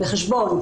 בחשבון,